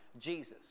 Jesus